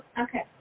Okay